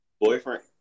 Boyfriend